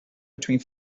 between